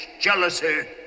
jealousy